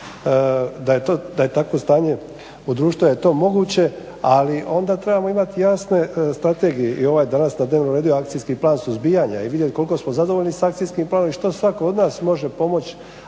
da je takvo stanje u društvu da je to moguće. Ali onda trebamo imati jasne strategije. I danas na dnevnom redu je Akcijski plan suzbijanja i vidjeti koliko smo zadovoljni s akcijskim planom i što svatko od nas može pomoći